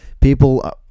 people